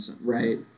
right